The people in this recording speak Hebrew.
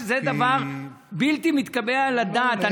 זה דבר בלתי מתקבל על הדעת.